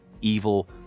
evil